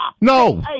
No